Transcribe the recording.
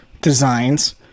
designs